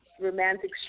romantic